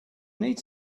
need